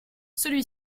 celui